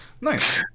Nice